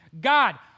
God